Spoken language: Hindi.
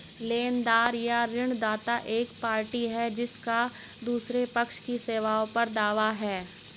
लेनदार या ऋणदाता एक पार्टी है जिसका दूसरे पक्ष की सेवाओं पर दावा है